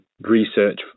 research